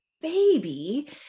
baby